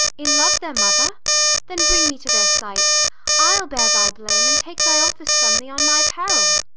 in love their mother then bring me to their sights i'll bear thy blame, and take thy office from thee on my peril.